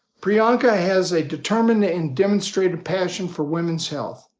priyanka has a determined and demonstrated passion for women's health.